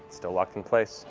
still locked in place.